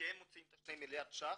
כי הם מוציאים את ה-2 מיליארד ₪.